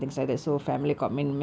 ya